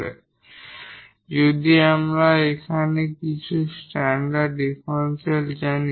সুতরাং যদি আমরা এখানে কিছু স্ট্যান্ডার্ড ডিফারেনশিয়াল জানি